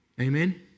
Amen